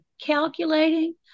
calculating